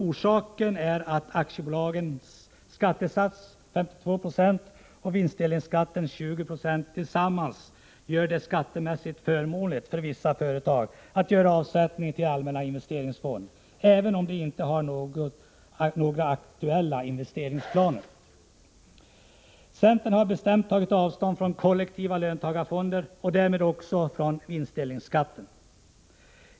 Orsaken är att aktiebolagens skattesats, 52 20, och vinstdelningsskatten, 20 96, tillsammans gör det skattemässigt förmånligt för vissa företag att göra avsättning till allmän investeringsfond, även om de inte har några aktuella investeringsplaner. Centern har bestämt tagit avstånd från kollektiva löntagarfonder och därmed också från vinstdelningsskatten.